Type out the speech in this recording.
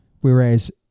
Whereas